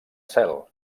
cel